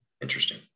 Interesting